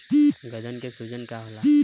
गदन के सूजन का होला?